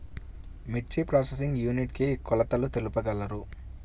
మిర్చి processing unit కి కొలతలు తెలుపగలరు?